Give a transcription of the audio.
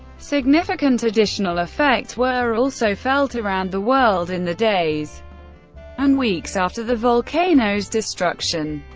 significant additional effects were also felt around the world in the days and weeks after the volcano's destruction.